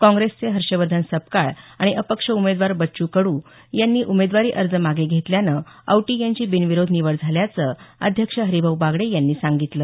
काँग्रेसचे हर्षवर्धन सपकाळ आणि अपक्ष उमेदवार बच्च् कडू यांनी उमेदवारी अर्ज मागे घेतल्यानं औटी यांची बिनविरोध निवड झाल्याचं अध्यक्ष हरीभाऊ बागडे यांनी सांगितलं